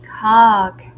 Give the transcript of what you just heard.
hug